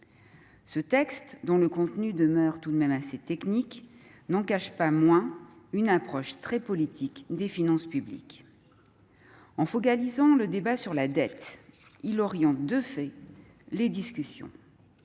Ce texte, dont le contenu demeure tout de même assez technique, n'en cache pas moins une approche très politique des finances publiques. En focalisant le débat sur la dette, il oriente de fait les discussions.